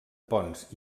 ponts